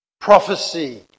prophecy